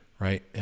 Right